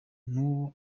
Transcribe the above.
n’ubu